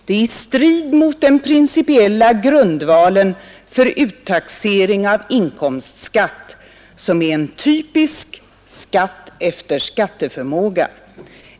Det är i strid mot den principiella grundvalen för uttaxering av inkomstskatt, som är en typisk ”skatt efter skatteförmåga”.